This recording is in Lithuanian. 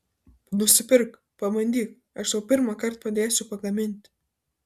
nusipirk pabandyk aš tau pirmąkart padėsiu pagaminti